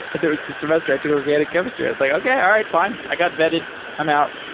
and there was this semester i took organic chemistry. i was like, okay. all right. fine. i got vetted i'm out.